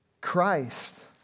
Christ